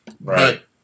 Right